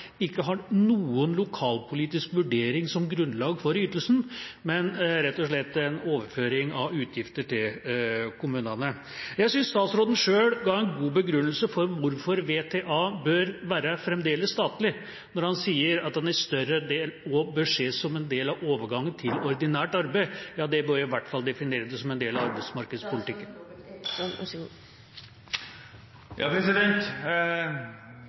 ikke har noen lokalpolitisk vurdering som grunnlag for ytelsen, men som rett og slett er en overføring av utgifter til kommunene. Jeg synes statsråden selv ga en god begrunnelse for hvorfor VTA fremdeles bør være statlig, når han sier at en større del bør ses som en del av overgangen til ordinært arbeid. Ja, da bør man i hvert fall definere det som en del av